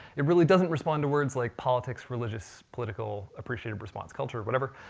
it really doesn't respond to words like politics, religious, political, appreciated, response, culture, whatever.